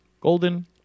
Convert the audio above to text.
Golden